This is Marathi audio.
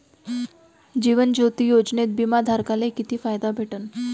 जीवन ज्योती योजनेत बिमा धारकाले किती फायदा भेटन?